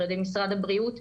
על ידי משרד הבריאות.